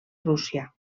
rússia